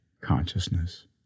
consciousness